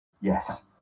Yes